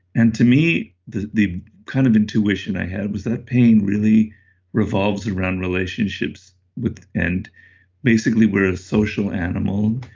and to me the the kind of intuition i had was that pain really revolves around relationships with end basically we're a social animal.